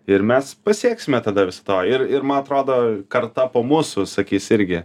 ir mes pasieksime tada to ir ir ma atrodo karta po mūsų sakys irgi